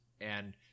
And-